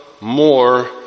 more